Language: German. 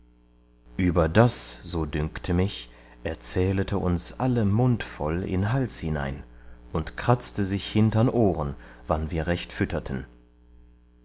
konnten überdas so dünkte mich er zählete uns alle mundvoll in hals hinein und kratzte sich hintern ohren wann wir recht fütterten